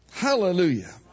Hallelujah